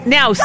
Now